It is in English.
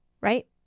right